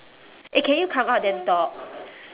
eh can you come out then talk